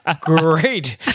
Great